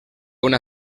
una